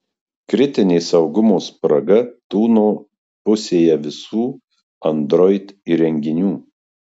kritinė saugumo spraga tūno pusėje visų android įrenginių